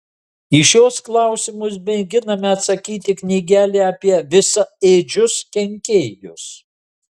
į šiuos klausimus mėginame atsakyti knygelėje apie visaėdžius kenkėjus